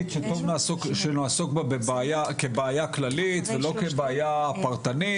שנעסוק בה כבעיה כללית ולא כבעיה פרטנית,